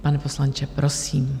Pane poslanče, prosím.